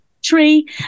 tree